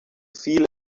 feel